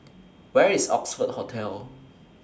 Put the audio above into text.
Where IS Oxford Hotel